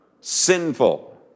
sinful